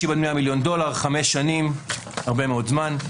100-50 מיליון דולר, חמש שנים הרבה מאוד זמן.